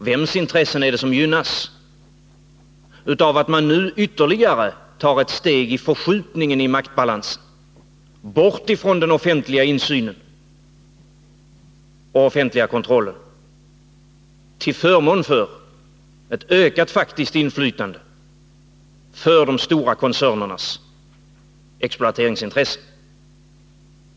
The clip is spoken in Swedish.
Vems intressen är det som gynnas av att man nu tar ytterligare ett steg som innebär förskjutning av maktbalansen från den offentliga insynen och den egentliga kontrollen till föremål för ett ökat faktiskt inflytande för de stora koncernernas exploateringsintresse?